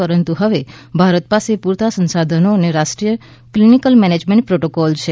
પરંતુ હવે ભારત પાસે પુરતા સંશાધનો અને રાષ્ટ્રીય ક્લિનિકલ મેનેજમેન્ટ પ્રોટોકોલ છે